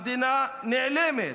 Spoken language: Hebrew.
המדינה נעלמת,